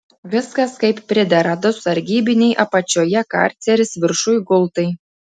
viskas kaip pridera du sargybiniai apačioje karceris viršuj gultai